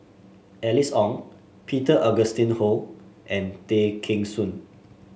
Alice Ong Peter Augustine Goh and Tay Kheng Soon